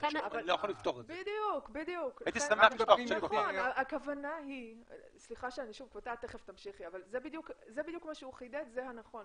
זה בדיוק מה שהוא חידד, זה הנכון.